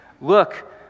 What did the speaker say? Look